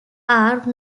are